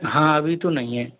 हाँ अभी तो नहीं हैं